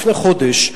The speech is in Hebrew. לפני חודש,